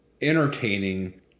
entertaining